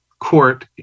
court